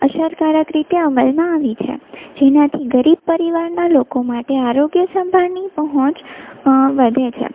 અસરકારક રીતે અમલમાં આવી છે જેનાથી ગરીબ પરિવારનાં લોકો માટે આરોગ્ય સંભાળની પહોંચ વધે છે